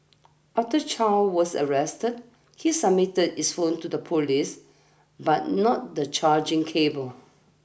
after Chow was arrested he submitted his phone to the police but not the charging cable